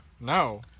No